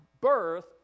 birth